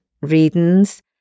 readings